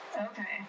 Okay